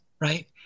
right